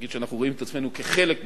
נגיד שאנחנו רואים את עצמנו כחלק,